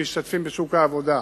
משתתפים בשוק העבודה,